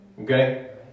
Okay